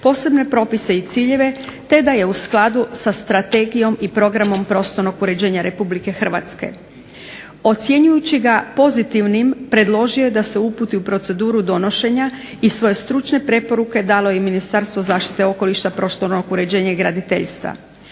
posebne propise i ciljeve, te da je u skladu sa strategijom i programom prostornog uređenja Republike Hrvatske. Ocjenjujući ga pozitivnim predložio je da se uputi u proceduru donošenja i svoje stručne preporuke je dalo i Ministarstvo zaštite okoliša, prostornog uređenja i graditeljstva.